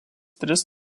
tris